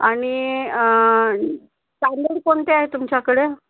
आणि तांदूळ कोणते आहेत तुमच्याकडं